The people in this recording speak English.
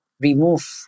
remove